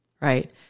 Right